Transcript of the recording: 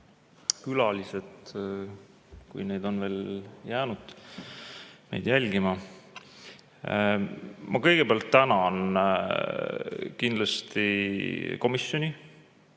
Külalised, kui neid on veel jäänud meid jälgima! Ma kõigepealt tänan kindlasti komisjoni,